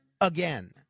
again